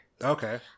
Okay